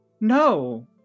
no